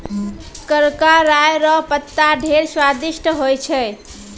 करका राय रो पत्ता ढेर स्वादिस्ट होय छै